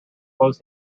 was